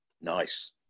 Nice